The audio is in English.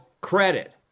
credit